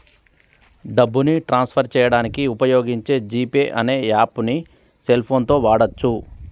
డబ్బుని transfer చేయడానికి వుపయోగించే జీ పే అనే యాప్పుని సెల్ ఫోన్ తో వాడచ్చు